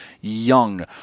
Young